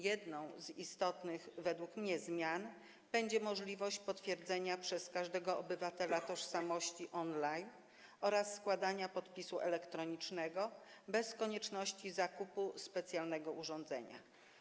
Jedną z istotnych według mnie zmian będzie możliwość potwierdzenia przez każdego obywatela tożsamości on-line oraz składania podpisu elektronicznego bez konieczności zakupu specjalnego urządzenia.